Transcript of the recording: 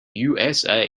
usa